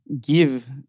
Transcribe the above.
give